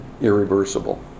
irreversible